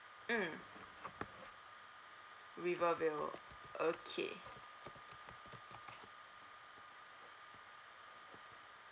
mm rivervale okay